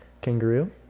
Kangaroo